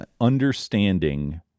understanding